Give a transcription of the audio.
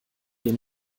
ihr